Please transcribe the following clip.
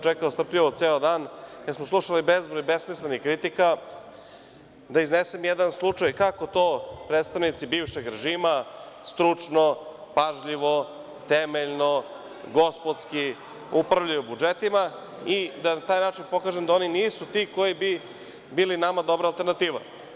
Čekam nestrpljivo ceo dan, slušali smo bezbroj besmislenih kritika, da iznesem jedan slučaj kako to predstavnici bivšeg režima stručno, pažljivo, temeljno, gospodski, upravljaju budžetima i da na taj način pokažem da oni nisu ti koji bi bili nama dobra alternativa.